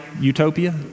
utopia